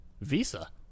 visa